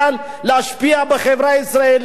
ואני אומר את זה בדעה צלולה: